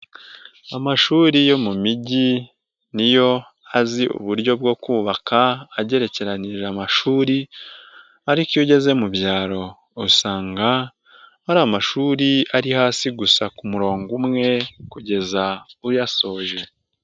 Amashuri yo mu migi ni yo azi uburyo bwo kubaka agerekeranije amashuri ariko iyo ugeze mu byaro usanga hari amashuri ari hasi gusa ku murongo umwe kugeza uyasoje.